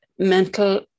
mental